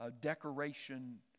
decoration